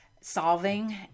solving